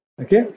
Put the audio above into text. okay